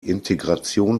integration